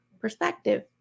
perspective